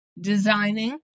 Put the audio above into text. designing